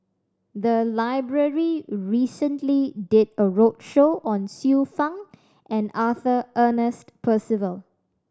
the library recently did a roadshow on Xiu Fang and Arthur Ernest Percival